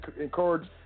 encourage